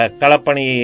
kalapani